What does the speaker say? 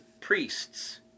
priests